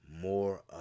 more